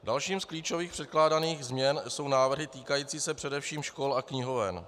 Dalším z klíčových předkládaných změn jsou návrhy týkající se především škol a knihoven.